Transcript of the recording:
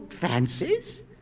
fancies